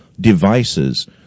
devices